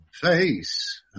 face